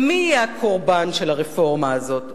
ומי יהיה הקורבן של הרפורמה הזאת?